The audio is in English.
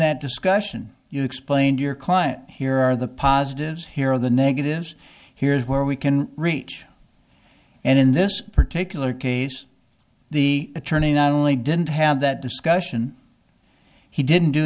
that discussion you explained your client here are the positives here the negatives here's where we can reach and in this particular case the attorney not only didn't have that discussion he didn't do